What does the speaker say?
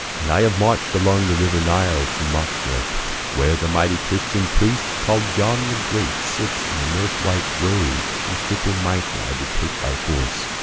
and i have march'd along the river nile to machda, where the mighty christian priest, call'd john the great, sits in a milk-white robe, whose triple mitre i did take by force,